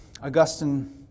Augustine